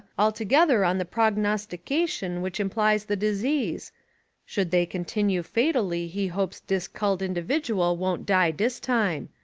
altogether on the prognostication which implies the disease should they continue fatally he hopes dis culled individual won't die dis time.